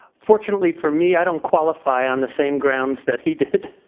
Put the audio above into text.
fortunately for me, i don't qualify on the same grounds that he did,